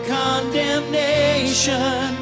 condemnation